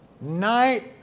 Night